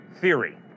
theory